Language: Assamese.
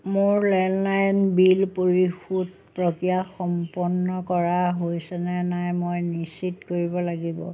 মোৰ লেণ্ডলাইন বিল পৰিশোধ প্ৰক্ৰিয়া সম্পন্ন কৰা হৈছে নে নাই মই নিশ্চিত কৰিব লাগিব